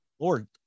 Lord